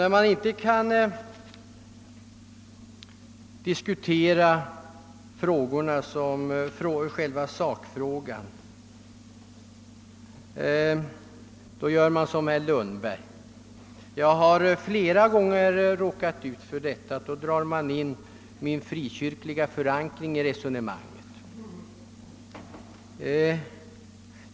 När man inte kan diskutera själva sakfrågan gör man som herr Lundberg. Jag har flera gånger vid debatter här i riksdagen råkat ut för att man drar in min frikyrkliga förankring i resonemanget.